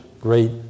great